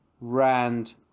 Rand